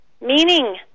meaning